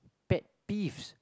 pet peeves